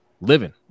living